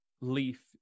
Leaf